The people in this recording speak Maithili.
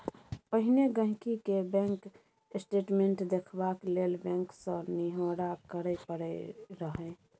पहिने गांहिकी केँ बैंक स्टेटमेंट देखबाक लेल बैंक सँ निहौरा करय परय रहय